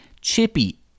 chippy